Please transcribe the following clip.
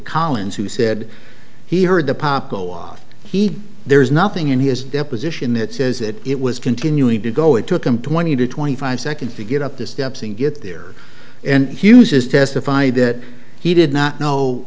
collins who said he heard the pop go off he there's nothing in his deposition that says that it was continuing to go it took him twenty to twenty five seconds to get up the steps and get there and he uses testified that he did not know